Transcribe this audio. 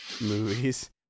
movies